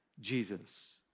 Jesus